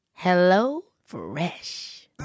HelloFresh